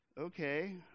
okay